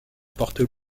portes